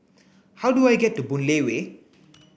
how do I get to Boon Lay Way